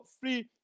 free